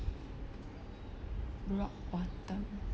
rock bottom